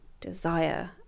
desire